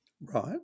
Right